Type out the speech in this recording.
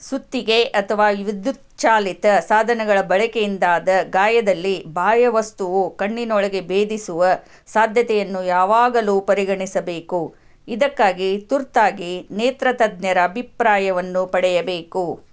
ಸುತ್ತಿಗೆ ಅಥವಾ ವಿದ್ಯುತ್ಚಾಲಿತ ಸಾಧನಗಳ ಬಳಕೆಯಿಂದಾದ ಗಾಯದಲ್ಲಿ ಬಾಹ್ಯ ವಸ್ತುವು ಕಣ್ಣಿನೊಳಗೆ ಭೇದಿಸುವ ಸಾಧ್ಯತೆಯನ್ನು ಯಾವಾಗಲೂ ಪರಿಗಣಿಸಬೇಕು ಇದಕ್ಕಾಗಿ ತುರ್ತಾಗಿ ನೇತ್ರತಜ್ಞರ ಅಭಿಪ್ರಾಯವನ್ನು ಪಡೆಯಬೇಕು